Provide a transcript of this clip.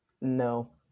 No